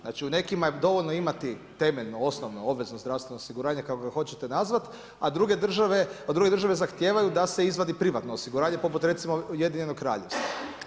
Znači u nekima je dovoljno imati temeljno, osnovno obvezno zdravstveno osiguranje kako ga hoćete nazvati, a druge države zahtijevaju da se izvadi privatno osiguranje poput recimo Ujedinjenog Kraljevstva.